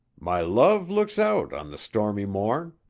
my love looks out on the stormy morn,